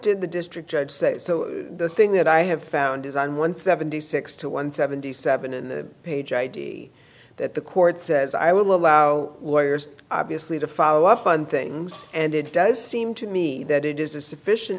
did the district judge say the thing that i have found is on one seventy six to one seventy seven in the page id that the court says i will allow lawyers obviously to follow up on things and it does seem to me that it is a sufficient